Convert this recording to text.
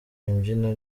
imbyino